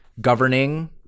governing